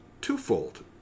twofold